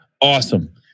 Awesome